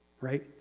right